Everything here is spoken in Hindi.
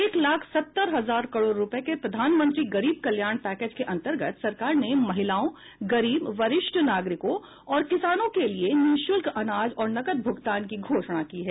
एक लाख सत्तर हजार करोड़ रुपए के प्रधानमंत्री गरीब कल्याण पैकेज के अंतर्गत सरकार ने महिलाओं गरीब वरिष्ठ नागरिकों और किसानों के लिए निःशुल्क अनाज और नकद भूगतान की घोषणा की है